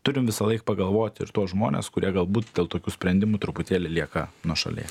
turim visąlaik pagalvot ir tuos žmones kurie galbūt dėl tokių sprendimų truputėlį lieka nuošalyje